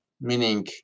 meaning